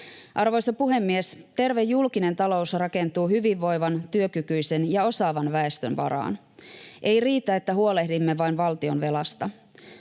Arvoisa puhemies! Terve julkinen talous rakentuu hyvinvoivan, työkykyisen ja osaavan väestön varaan. Ei riitä, että huolehdimme vain valtionvelasta.